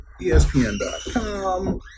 ESPN.com